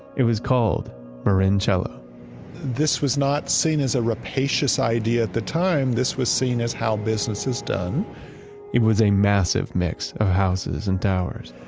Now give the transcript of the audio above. it was called marin chela this was not seen as a rapacious idea at the time, this was seen as how business is done it was a massive mix of houses and towers.